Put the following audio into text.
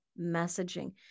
Messaging